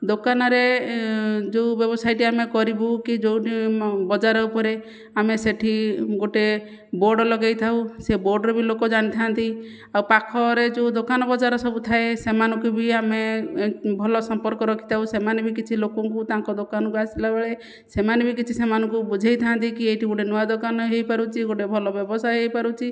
ଦୋକାନରେ ଯେଉଁ ବ୍ୟବସାୟଟି ଆମେ କରିବୁ କି ଯେଉଁଠି ବଜାର ଉପରେ ଆମେ ସେଠି ଗୋଟିଏ ବୋର୍ଡ଼ ଲଗାଇଥାଉ ସେ ବୋର୍ଡ଼ରୁ ବି ଲୋକ ଜାଣିଥାନ୍ତି ଆଉ ପାଖରେ ଯେଉଁ ଦୋକାନ ବଜାର ସବୁ ଥାଏ ସେମାନଙ୍କୁ ବି ଆମେ ଭଲ ସମ୍ପର୍କ ରଖିଥାଉ ସେମାନେ ବି କିଛି ଲୋକଙ୍କୁ ତାଙ୍କ ଦୋକାନକୁ ଆସିଲା ବେଳେ ସେମାନେ ବି କିଛି ସେମାନଙ୍କୁ ବୁଝାଇଥାନ୍ତି କି ଏହିଠି ଗୋଟିଏ ନୂଆ ଦୋକାନ ହୋଇପାରୁଛି ଗୋଟିଏ ଭଲ ବ୍ୟବସାୟ ହୋଇପାରୁଛି